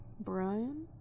Brian